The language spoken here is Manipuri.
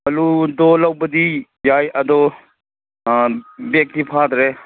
ꯑꯜꯂꯨꯗꯣ ꯂꯧꯕꯗꯤ ꯌꯥꯏ ꯑꯗꯣ ꯕꯦꯛꯇꯤ ꯐꯥꯗ꯭ꯔꯦ